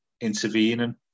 intervening